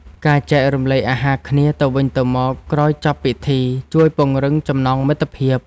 ការចែករំលែកអាហារគ្នាទៅវិញទៅមកក្រោយចប់ពិធី ជួយពង្រឹងចំណងមិត្តភាព។